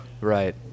Right